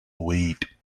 weed